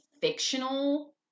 fictional